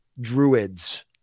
druids